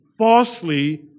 Falsely